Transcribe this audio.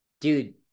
Dude